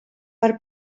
per